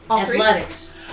Athletics